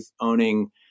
owning